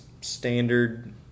standard